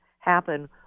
happen